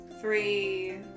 Three